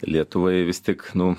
lietuvai vis tik nu